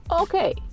okay